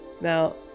now